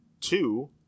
two